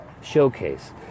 showcase